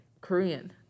Korean